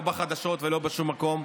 לא בחדשות ולא בשום מקום,